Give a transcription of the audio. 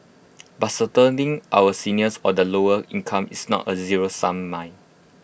but our seniors or the lower income is not A zero sum mine